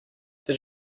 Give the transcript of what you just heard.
did